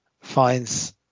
finds